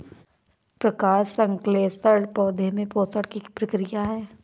प्रकाश संश्लेषण पौधे में पोषण की प्रक्रिया है